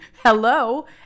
hello